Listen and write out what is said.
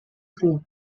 crew